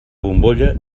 bombolla